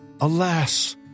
alas